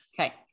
Okay